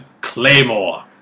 Claymore